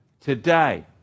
Today